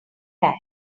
back